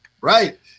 Right